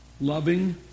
loving